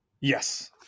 Yes